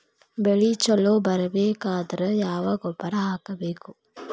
ಬೆಳಿ ಛಲೋ ಬರಬೇಕಾದರ ಯಾವ ಗೊಬ್ಬರ ಹಾಕಬೇಕು?